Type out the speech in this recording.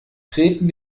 treten